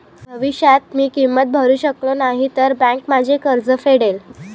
भविष्यात मी किंमत भरू शकलो नाही तर बँक माझे कर्ज फेडेल